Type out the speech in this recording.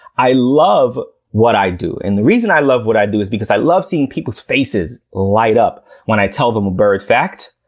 i love what i do. and the reason i love what i do is because i love seeing people's faces light up when i tell them a bird fact,